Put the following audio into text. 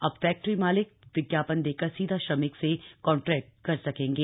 अब फ़्फ़्टरी मालिक विज्ञापन देकर सीधा श्रमिक से कॉन्ट्क्वट कर सकेंगे